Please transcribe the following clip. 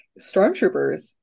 stormtroopers